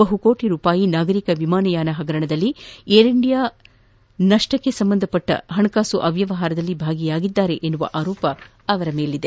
ಬಹುಕೋಟಿ ರೂಪಾಯಿ ನಾಗರಿಕ ವಿಮಾನಯಾನ ಹಗರಣದಲ್ಲಿ ಏರ್ ಇಂಡಿಯಾ ನಷ್ಪಕ್ಕೆ ಸಂಬಂಧಿಸಿದ ಹಣಕಾಸು ಅವ್ಯವಹಾರದಲ್ಲಿ ಭಾಗಿಯಾಗಿದ್ದಾರೆಂಬ ಆರೋಪ ಅವರ ಮೇಲಿದೆ